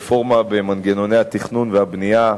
רפורמה במנגנוני התכנון והבנייה,